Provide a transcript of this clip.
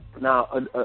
Now